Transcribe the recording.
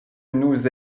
nous